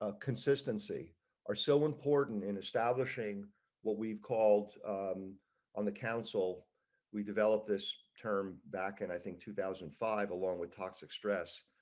ah consistency are so important in establishing what we've called on the council we developed this term back in i think two thousand and five along with toxic stress.